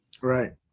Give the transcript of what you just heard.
right